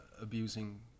abusing